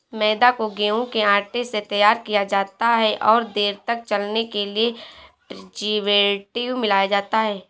मैदा को गेंहूँ के आटे से तैयार किया जाता है और देर तक चलने के लिए प्रीजर्वेटिव मिलाया जाता है